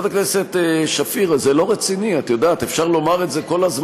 חברת הכנסת שפיר, זה לא רציני, את יודעת.